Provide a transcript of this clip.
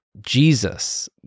Jesus